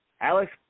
Alex